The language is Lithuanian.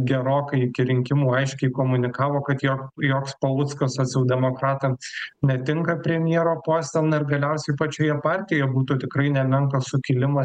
gerokai iki rinkimų aiškiai komunikavo kad jo joks paluckas socialdemokratam netinka premjero poste na ir galiausiai pačioje partijoje būtų tikrai nemenkas sukilimas